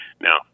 Now